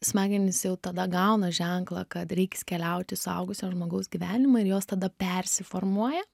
smegenys jau tada gauna ženklą kad reiks keliaut į suaugusio žmogaus gyvenimą ir jos tada persiformuoja